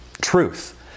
truth